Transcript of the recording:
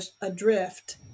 adrift